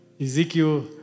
Ezekiel